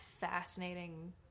fascinating